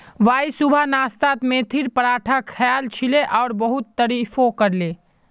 Y सुबह नाश्तात मेथीर पराठा खायाल छिले और बहुत तारीफो करले